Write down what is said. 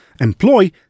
employ